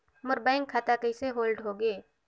मोर bank खाता कइसे hold होगे?